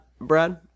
Brad